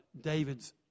David's